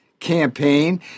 campaign